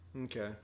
Okay